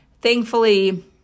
Thankfully